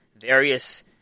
various